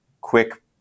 quick